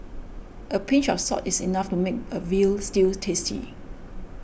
a pinch of salt is enough to make a Veal Stew tasty